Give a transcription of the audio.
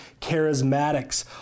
charismatics